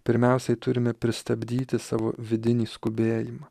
pirmiausiai turime pristabdyti savo vidinį skubėjimą